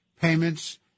payments